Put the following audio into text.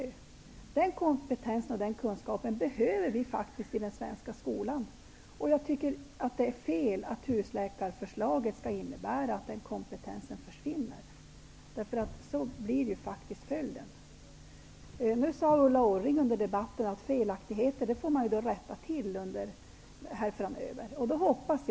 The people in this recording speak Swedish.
Den kompetensen och den kunskapen behöver vi faktiskt i den svenska skolan, och jag tycker att det är fel att husläkarförslaget skall innebära att den kompetensen försvinner. Det blir ju faktiskt följden om förslaget genomförs. Ulla Orring sade under debatten att man framöver får rätta till felaktigheter som kan uppstå.